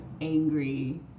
angry